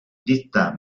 dicta